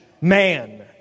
man